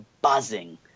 buzzing